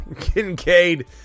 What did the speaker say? Kincaid